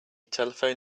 telephoned